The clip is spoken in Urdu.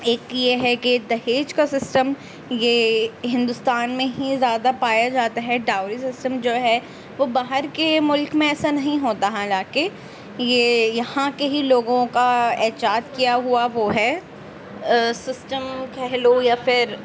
ایک یہ ہے کہ دہیج کا سسٹم یہ ہندوستان میں ہی زیادہ پایا جاتا ہے ڈاوری سسٹم جو ہے وہ باہرکے ملک میں ایسا نہیں ہوتا حالانکہ یہ ہہاں کے ہی لوگوں کا ایجاد کیا ہوا وہ ہے سسٹم کہہ لو یا پھر